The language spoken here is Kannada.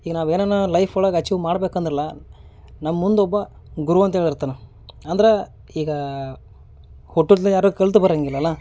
ಈಗ ನಾವೇನನ ಲೈಫ್ ಒಳ್ಗ ಅಚೀವ್ ಮಾಡ್ಬೇಕಂದ್ರಲಾ ನಮ್ಮ ಮುಂದೆ ಒಬ್ಬ ಗುರು ಅಂತ ಹೇಳಿರ್ತನ ಅಂದ್ರಾ ಈಗ ಹುಟ್ಟುದ್ಲೆ ಯಾರು ಕಲ್ತು ಬರೊಂಗಿಲ್ಲಲ್ಲಾ